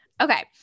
Okay